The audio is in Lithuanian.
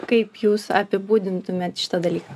kaip jūs apibūdintumėt šitą dalyką